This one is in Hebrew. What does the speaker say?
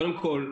קודם כל,